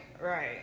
right